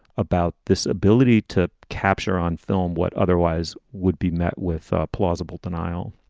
about this ability to capture on film what otherwise would be met with a plausible denial?